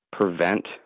prevent